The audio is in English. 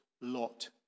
Lot